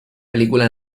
película